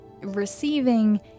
receiving